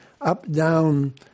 up-down